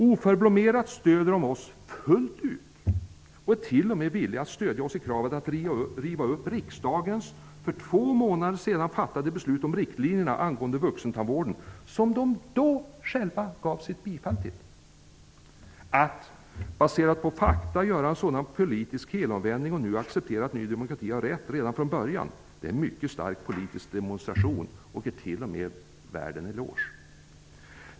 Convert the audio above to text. Oförblommerat stöder Socialdemokraterna nu oss fullt ut, och man är t.o.m. villig att stödja oss i kravet att riva upp det beslut som riksdagen fattade för två månader sedan om riktlinjerna för vuxentandvården. När beslutet fattades gav Socialdemokraterna själv sitt bifall. Att baserat på fakta göra en sådan politisk helomvändning och nu acceptera att Ny demokrati hade rätt redan från början är en mycket stark politisk demonstration som t.o.m. är värd en eloge!